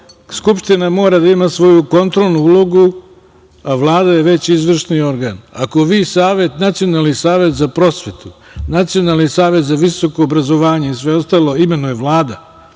Skupština mora da ima svoju kontrolnu ulogu, a Vlada je već izvršni organ. Ako Nacionalni savet za prosvetu, Nacionalni savet za visoko obrazovanje i sve ostalo imenuje Vlada,